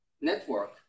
network